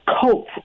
cope